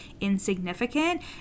insignificant